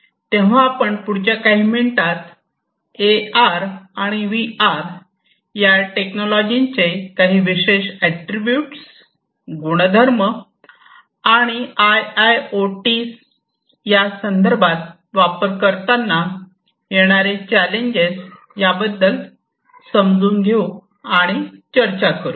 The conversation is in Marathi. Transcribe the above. तेव्हा आपण पुढच्या काही मिनिटात ए आर आणि व्ही आर या टेक्नॉलॉजीचे काही विशेष एट्रब्युट गुणधर्म आणि आय आय ओ टी या संदर्भात वापर करताना येणारे चॅलेंज याबद्दल समजून घेऊ चर्चा करू